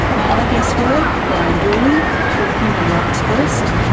my other guests were brian dooley from human rights first,